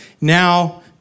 now